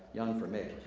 young for me.